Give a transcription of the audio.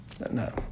No